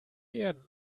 erden